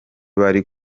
bari